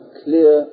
clear